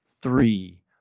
three